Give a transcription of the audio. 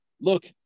look